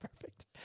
Perfect